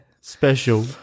Special